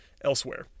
elsewhere